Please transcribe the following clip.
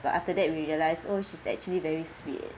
but after that we realised oh she's actually very sweet